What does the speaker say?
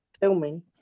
filming